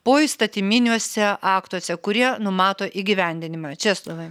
poįstatyminiuose aktuose kurie numato įgyvendinimą česlovai